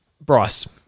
Bryce